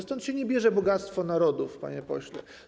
Stąd się nie bierze bogactwo narodów, panie pośle.